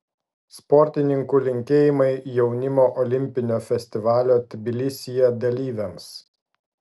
sportininkų linkėjimai jaunimo olimpinio festivalio tbilisyje dalyviams